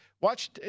Watch